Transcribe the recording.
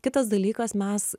kitas dalykas mes